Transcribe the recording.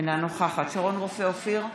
אינה נוכחת שרון רופא אופיר,